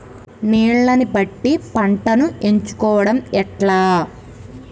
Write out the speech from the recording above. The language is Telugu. నీళ్లని బట్టి పంటను ఎంచుకోవడం ఎట్లా?